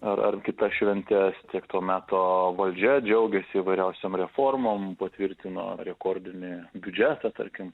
ar ar kitas šventes tiek to meto valdžia džiaugiasi įvairiausiom reformom patvirtino rekordinį biudžetą tarkim